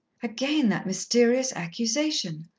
again that mysterious accusation!